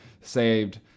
saved